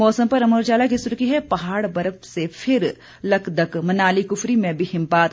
मौसम पर अमर उजाला की सुर्खी है पहाड़ बर्फ से फिर लकदक मनाली कुफरी में भी हिमपात